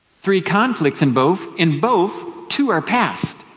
three conflicts in both. in both, two are past.